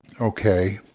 okay